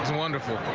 wonderful.